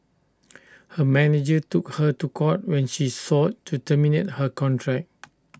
her manager took her to court when she sought to terminate her contract